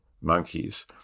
monkeys